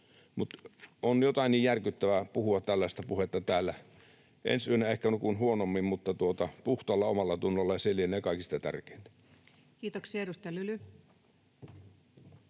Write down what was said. On jotain niin järkyttävää puhua tällaista puhetta täällä, että ensi yönä ehkä nukun huonommin — mutta puhtaalla omallatunnolla, se lienee kaikista tärkeintä. Kiitoksia. — Edustaja Lyly.